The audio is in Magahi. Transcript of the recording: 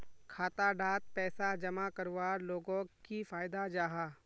खाता डात पैसा जमा करवार लोगोक की फायदा जाहा?